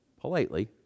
politely